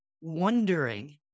wondering